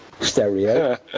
stereo